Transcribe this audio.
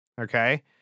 okay